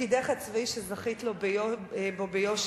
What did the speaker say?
תפקידך הצבאי שזכית בו ביושר.